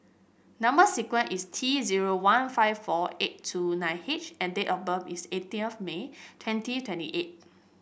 number sequence is T zero one five four eight two nine H and date of birth is eighteen of May twenty twenty eight